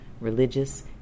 religious